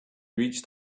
reached